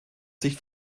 sicht